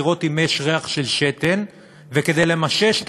לראות אם יש ריח של שתן וכדי למשש את